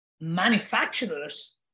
manufacturers